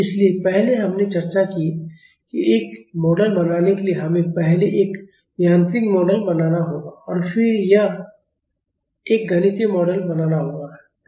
इसलिए पहले हमने चर्चा की है कि एक मॉडल बनाने के लिए हमें पहले एक यांत्रिक मॉडल बनाना होगा और फिर एक गणितीय मॉडल बनाना होगा